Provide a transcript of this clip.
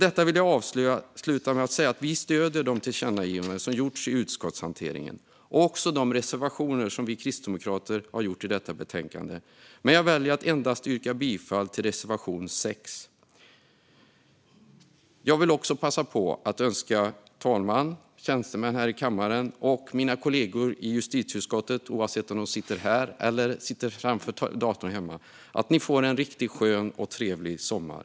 Jag vill avsluta med att säga att vi stöder de tillkännagivanden som gjorts i utskottshanteringen och också de reservationer som vi kristdemokrater ligger bakom i detta betänkande, men jag väljer att endast yrka bifall till reservation 6. Jag vill också passa på att önska talmannen, tjänstemännen här i kammaren och mina kollegor i justitieutskottet, oavsett om de sitter här eller framför datorn hemma, en riktigt skön och trevlig sommar!